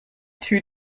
two